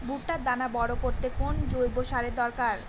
ভুট্টার দানা বড় করতে কোন জৈব সারের দরকার?